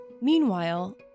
Meanwhile